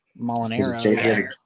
Molinero